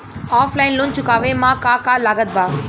Offline loan चुकावे म का का लागत बा?